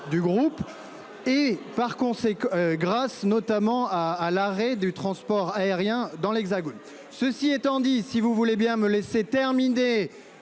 conséquent, grâce notamment à à l'arrêt du transport aérien dans l'Hexagone. Ceci étant dit, si vous voulez bien me laisser terminer